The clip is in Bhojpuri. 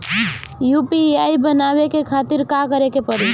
यू.पी.आई बनावे के खातिर का करे के पड़ी?